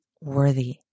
worthy